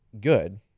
good